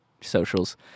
socials